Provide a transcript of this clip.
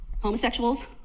homosexuals